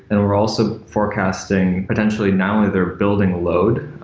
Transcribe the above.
then we're also forecasting potentially not only their building load.